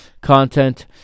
content